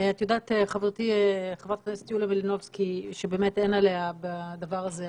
אין על חברתי חברת הכנסת מלינובסקי בדבר הזה,